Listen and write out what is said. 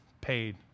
paid